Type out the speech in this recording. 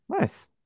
Nice